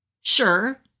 Sure